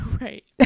Right